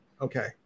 Okay